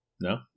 No